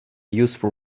useful